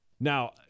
Now